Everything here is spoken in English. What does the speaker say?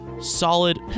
solid